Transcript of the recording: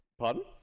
pardon